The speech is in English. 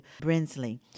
Brinsley